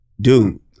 Dude